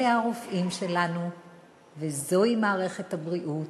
אלה הרופאים שלנו וזוהי מערכת הבריאות.